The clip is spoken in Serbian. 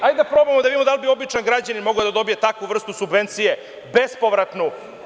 Hajde da vidimo da li bi običan građanin mogao da dobije takvu vrstu subvencije, bespovratnu?